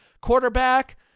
quarterback